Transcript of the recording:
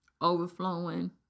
overflowing